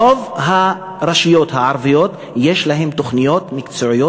רוב הרשויות הערביות יש להן תוכניות מקצועיות,